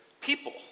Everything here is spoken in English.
people